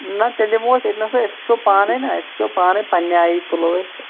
نہ تیٚلہِ یِمو أسۍ أتۍنَسٕے أسۍ وُچھو پانٕے نہ أسۍ وُچھو پانٕے پَننہِ آیی تُلوو أسۍ